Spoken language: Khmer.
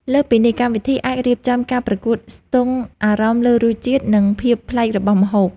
លើសពីនេះ កម្មវិធីអាចរៀបចំការប្រកួតស្ទង់អារម្មណ៍លើរសជាតិ និងភាពប្លែករបស់ម្ហូប